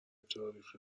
تاریخ